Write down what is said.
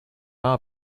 are